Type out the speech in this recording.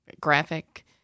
graphic